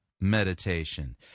meditation